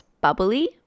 bubbly